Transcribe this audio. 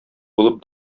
булып